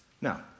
Now